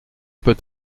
peut